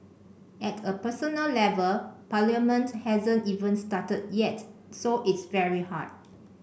at a personal level Parliament hasn't even started yet so it's very hard